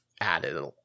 added